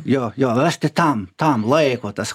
jo jo rasti tam tam laiko tas